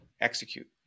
execute